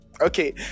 Okay